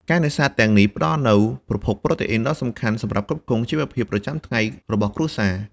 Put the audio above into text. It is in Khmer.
ការនេសាទទាំងនេះផ្តល់នូវប្រភពប្រូតេអ៊ីនដ៏សំខាន់សម្រាប់ផ្គត់ផ្គង់ជីវភាពប្រចាំថ្ងៃរបស់គ្រួសារ។